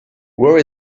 where